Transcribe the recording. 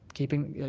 keeping, yeah